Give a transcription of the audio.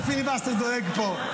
לאיזה פיליבסטר הוא דואג פה?